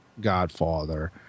godfather